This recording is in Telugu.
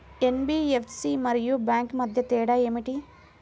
ఎన్.బీ.ఎఫ్.సి మరియు బ్యాంక్ మధ్య తేడా ఏమిటీ?